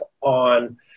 on